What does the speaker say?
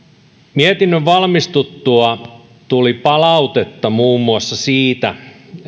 mietinnön valmistuttua tuli palautetta muun muassa siitä